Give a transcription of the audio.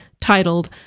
titled